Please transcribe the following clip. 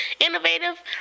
innovative